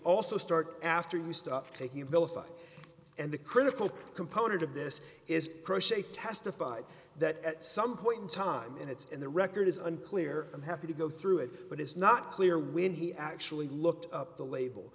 also start after you stop taking abilify and the critical component of this is crochet testified that at some point in time and it's in the record is unclear i'm happy to go through it but it's not clear when he actually looked up the label